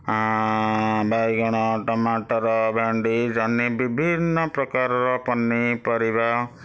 ବାଇଗଣ ଟମାଟର ଭେଣ୍ଡି ଜହ୍ନି ବିଭିନ୍ନପ୍ରକାରର ପନିପରିବା